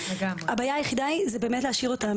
הבעיה היחידה היא להשאיר אותם.